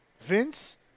Vince